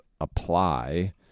Apply